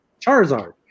Charizard